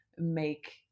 make